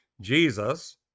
Jesus